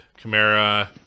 Kamara